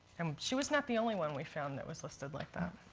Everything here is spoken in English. um she was not the only one we found that was listed like that.